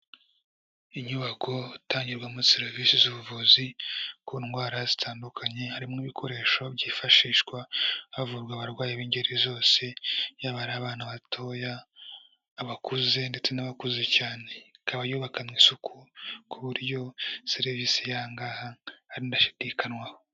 Inyubako itangirwamo serivisi z'ubuvuzi, ku ndwara zitandukanye harimo ibikoresho byifashishwa havurwa abarwayi b'ingeri zose, yaba ari abana batoya, abakuze ndetse n'abakuze cyane. Ikaba yubakanwe isuku, ku buryo serivisi y'aha ngaha ari ndashidikanywaho.